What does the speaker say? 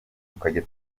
tukajya